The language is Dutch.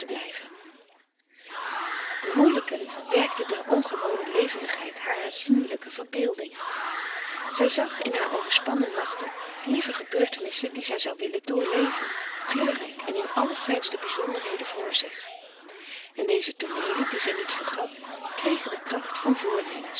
bemoeielijkend werkte de ongewone levendigheid harer zienlijke verbeelding zij zag in haar overspannen nachten lieve gebeurtenissen die zij zou willen doorleven kleurrijk en in allerfijnste bizonderheden voor zich en deze tooneelen die zij niet vergat kregen de kracht van voornemens